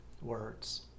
words